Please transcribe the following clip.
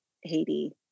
Haiti